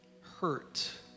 hurt